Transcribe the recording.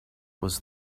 was